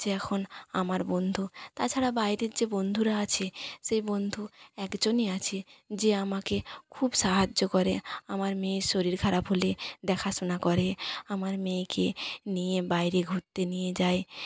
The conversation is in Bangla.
হচ্ছে এখন আমার বন্ধু তাছাড়া বাইরের যে বন্ধুরা আছে সেই বন্ধু একজনই আছে যে আমাকে খুব সাহায্য করে আমার মেয়ের শরীর খারাপ হলে দেখাশোনা করে আমার মেয়েকে নিয়ে বাইরে ঘুরতে নিয়ে যায়